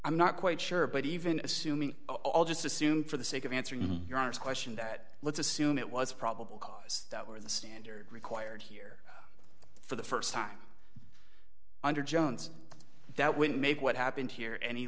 i'm not quite sure but even assuming all just assume for the sake of answering your honour's question that let's assume it was probable cause or the standard required here for the st time under jones that wouldn't make what happened here any